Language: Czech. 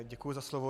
Děkuji za slovo.